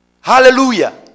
hallelujah